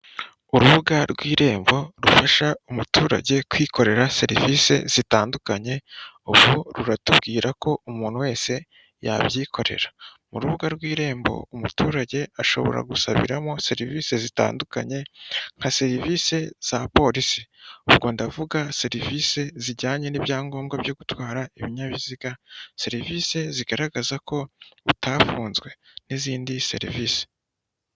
Urubuga rw'irembo rufasha umuturage kwikorera serivisi zitandukanye ubu ruratubwira ko umuntu wese yabyikorera mu rubuga rw'irembo umuturage ashobora gusabiramo serivisi zitandukanye nka serivisi za polisi ubwo ndavuga serivisi zijyanye n'ibyangombwa byo gutwara ibinyabiziga serivisi zigaragaza ko utafunzwe n'izindi serivisi.